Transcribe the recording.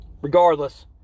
Regardless